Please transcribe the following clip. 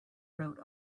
wrote